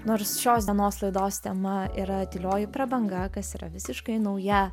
nors šios dienos laidos tema yra tylioji prabanga kas yra visiškai nauja